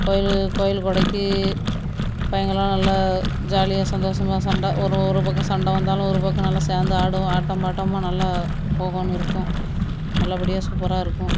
கோயில் கோயில் கொடைக்கு பையன்கள்லாம் நல்லா ஜாலியாக சந்தோஸமாக சண்டை ஒரு ஒரு பக்கம் சண்டை வந்தாலும் ஒரு பக்கம் நல்லா சேர்ந்து ஆடுவோம் ஆட்டம் பாட்டம்மா நல்லா ஓ ஹோன்னு இருக்கும் நல்லபடியாக சூப்பராக இருக்கும்